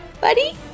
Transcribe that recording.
buddy